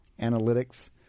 analytics